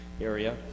area